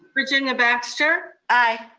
virginia baxter. aye.